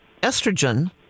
estrogen